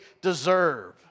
deserve